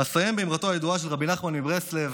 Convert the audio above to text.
אסיים באמרתו הידועה של רבי נחמן מברסלב: